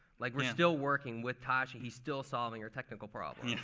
like we're and still working with tashi. he's still solving our technical problems.